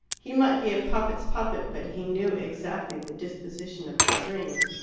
he might be a puppet's puppet, but he knew exactly the disposition of the strings.